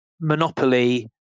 monopoly